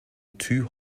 too